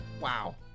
wow